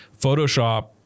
photoshop